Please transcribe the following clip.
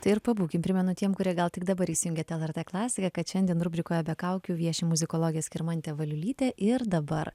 tai ir pabūkim primenu tiems kurie gal tik dabar įsijungėt lrt klasiką kad šiandien rubrikoje be kaukių vieši muzikologė skirmantė valiulytė ir dabar